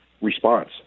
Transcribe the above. response